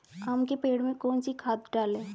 आम के पेड़ में कौन सी खाद डालें?